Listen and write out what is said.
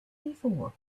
before